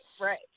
right